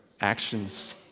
actions